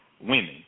women